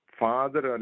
father